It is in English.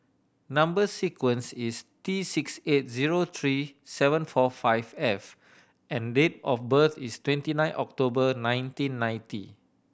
number sequence is T six eight zero three seven four five F and date of birth is twenty nine October nineteen ninety